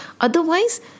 Otherwise